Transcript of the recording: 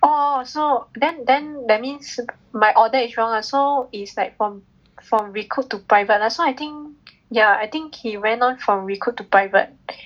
oh so then then that means my order is wrong lah so is like from from recruit to private so I think ya I think he went on from recruit to private